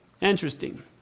Interesting